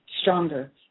stronger